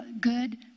good